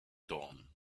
dawn